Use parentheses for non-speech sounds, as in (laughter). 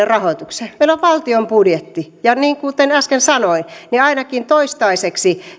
(unintelligible) rahoitukseen meillä on valtion budjetti ja kuten äsken sanoin niin ainakin toistaiseksi